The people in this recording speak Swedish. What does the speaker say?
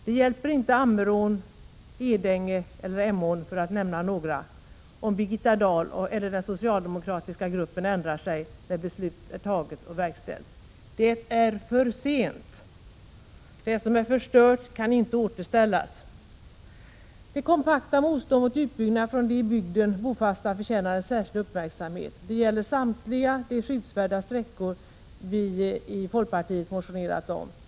Det hjälper inte Ammerån, Edänge eller Emån, för att nämna några, om Birgitta Dahl eller den socialdemokratiska gruppen ändrar sig när beslutet är taget och verkställt — det är för sent! Det som är förstört kan inte återställas! Det kompakta motståndet mot utbyggnad från de i bygden bofasta förtjänar en särskild uppmärksamhet. Det gäller samtliga de skyddsvärda 147 sträckor vi i folkpartiet motionerat om.